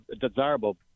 desirable